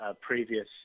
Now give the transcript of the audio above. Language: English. previous